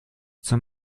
zum